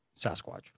Sasquatch